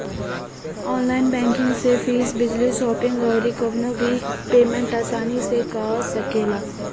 online banking से fees, bill, shopping अउरी कवनो भी पेमेंट आसानी से कअ सकेला